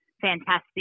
fantastic